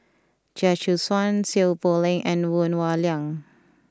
Chia Choo Suan Seow Poh Leng and Woon Wah Siang